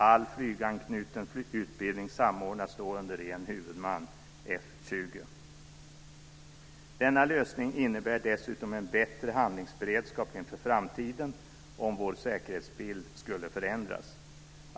All flyganknuten utbildning samordnas då under en huvudman, F 20. Denna lösning innebär dessutom en bättre handlingsberedskap inför framtiden om vår säkerhetsbild skulle förändras.